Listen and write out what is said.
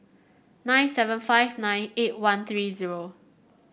nine seven five nine eight one three zero